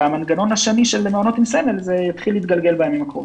במנגנון השני שמנוהל עם סמל זה יתחיל להתגלגל בימים הקרובים.